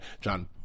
John